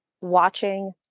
watching